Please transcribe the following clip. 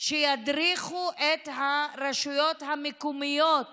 שידריכו את הרשויות המקומיות